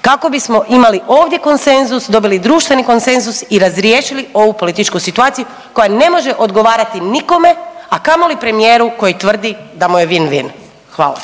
kako bismo imali ovdje konsenzus, dobili društveni konsenzus i razriješili ovu političku situaciju koja ne može odgovarati nikome, a kamoli premijeru koji tvrdi da mu je win-win. Hvala.